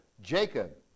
Jacob